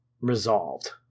resolved